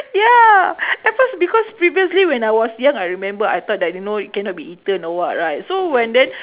ya at first because previously when I was young I remember I thought that you know cannot be eaten or what right so when then